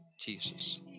Jesus